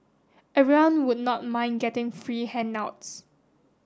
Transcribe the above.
everyone would not mind getting free handouts